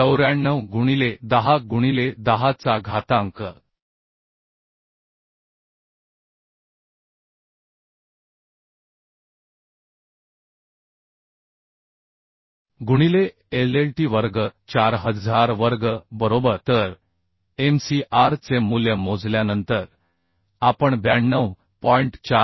94 गुणिले 10 गुणिले 10 चा घातांक गुणिले LLt वर्ग 4000 वर्ग बरोबर तर mcr चे मूल्य मोजल्यानंतर आपण 92